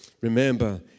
Remember